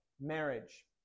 marriage